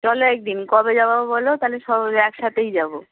চলো এক দিন কবে যাবা বলো তালে স একসাথেই যাবো